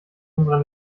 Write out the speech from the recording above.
unserer